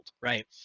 right